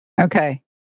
Okay